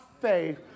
faith